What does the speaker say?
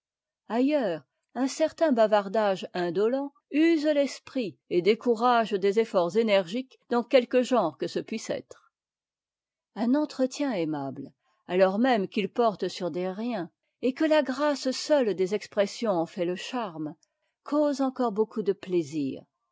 ailleurs un certain bavardage indolent use l'esprit et décourage des efforts énergiques dans quelque genre que ce puisse être un entretien aimable alors même qu'il porte sur des riens et que la grâce seule des expressions en fait le charme cause encore beaucoup de plaisir